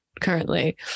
currently